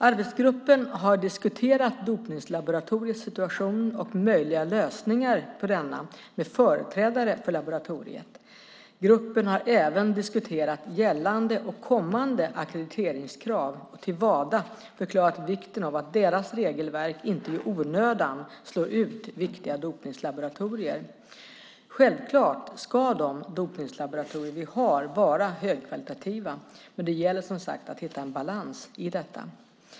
Arbetsgruppen har diskuterat dopningslaboratoriets situation och möjliga lösningar på denna med företrädare för laboratoriet. Gruppen har även diskuterat gällande och kommande ackrediteringskrav och till Wada förklarat vikten av att deras regelverk inte i onödan slår ut viktiga dopningslaboratorier. Självklart ska de dopningslaboratorier vi har vara högkvalitativa, men det gäller som sagt att hitta en balans i detta.